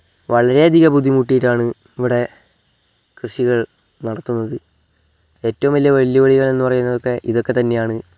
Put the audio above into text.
വളരെയധികം ബുദ്ധിമുട്ടിയിട്ടാണ് ഇവിടെ കൃഷികൾ നടത്തുന്നത് ഏറ്റവും വലിയ വെല്ലുവിളികൾ എന്നു പറയുന്നതൊക്കെ ഇതൊക്കെത്തന്നെയാണ്